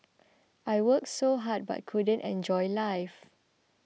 I worked so hard but couldn't enjoy life